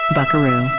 Buckaroo